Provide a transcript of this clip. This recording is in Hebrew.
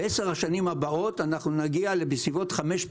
בעשר השנים הבאות אנחנו נגיע לכ-5.2